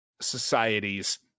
societies